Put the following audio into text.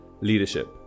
leadership